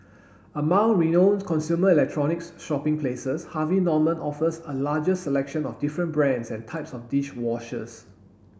among renowned consumer electronics shopping places Harvey Norman offers a largest selection of different brands and types of dish washers